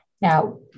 Now